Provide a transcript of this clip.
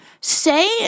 Say